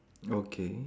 okay